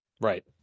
Right